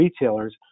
retailers